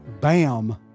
Bam